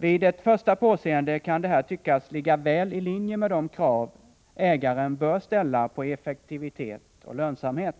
Vid ett första påseende kan detta tyckas ligga väli linje med de krav ägaren bör ställa på effektivitet och lönsamhet,